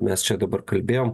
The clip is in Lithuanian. mes čia dabar kalbėjom